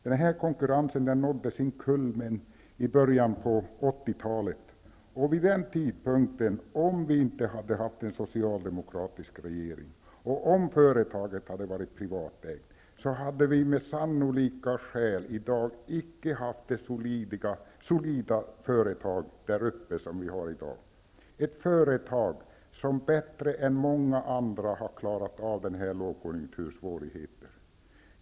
Denna konkurrens nådde sin kulmen i början av 80-talet, och om vi då inte hade haft en socialdemokratisk regering och om företaget hade varit privatägt, hade vi i dag med sannolika skäl icke haft det solida företag där uppe, som vi i dag har -- ett företag som bättre än många andra har klarat av denna lågkonjunkturs svårigheter.